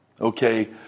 Okay